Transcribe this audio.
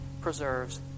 preserves